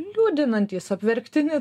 liūdinantys apverktini